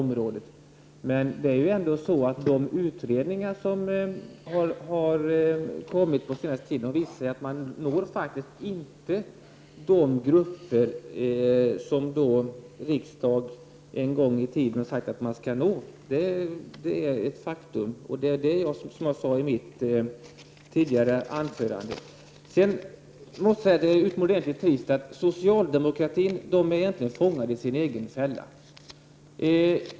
Men de utredningar som gjorts på senaste tiden visar att man faktiskt inte når de grupper som riksdagen en gång i tiden har sagt att man skall nå — det är, som jag sade i mitt tidigare anförande, ett faktum. Socialdemokraterna är egentligen fångade i sin egen fälla.